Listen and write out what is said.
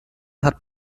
hat